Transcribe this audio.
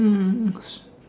mm